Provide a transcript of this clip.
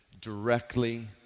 directly